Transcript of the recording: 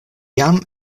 jam